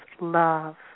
love